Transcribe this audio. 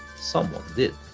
someone did.